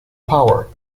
power